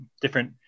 Different